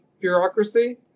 bureaucracy